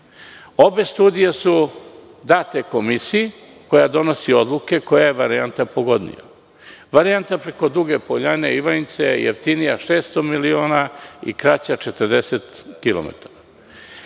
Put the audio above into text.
Obe studije su date Komisiji koja donosi odluku koja je varijanta pogodnija. Varijanta preko Duge Poljane i Ivanjice je jeftinija 600 miliona i kraća 40 kilometara.